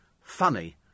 funny